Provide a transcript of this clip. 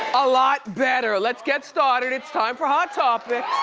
a lot better. let's get started. it's time for hot topics.